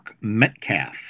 Metcalf